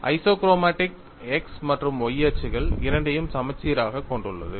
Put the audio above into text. isochromatics x மற்றும் y அச்சுகள் இரண்டையும் சமச்சீராகக் கொண்டுள்ளது